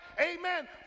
amen